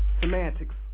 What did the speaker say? Semantics